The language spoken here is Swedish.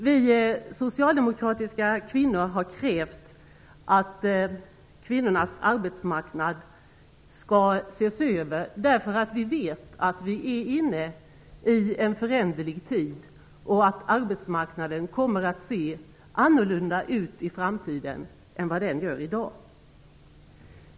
Vi socialdemokratiska kvinnor har krävt att kvinnornas arbetsmarknad skall ses över därför att vi vet att vi är inne i en föränderlig tid och att arbetsmarknaden kommer att se annorlunda ut i framtiden än den gör i dag.